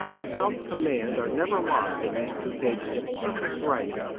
the self-command are never lost in these two pages of perfect writing.